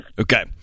Okay